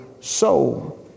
soul